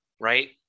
Right